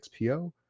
XPO